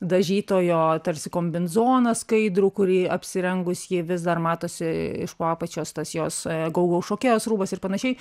dažytojo tarsi kombinzoną skaidrų kurį apsirengus jį vis dar matosi iš po apačios tas jos gau gau šokėjos rūbas ir panašiai